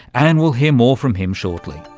and we'll hear more from him shortly.